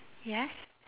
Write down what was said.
yes